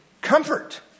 comfort